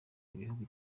igihugu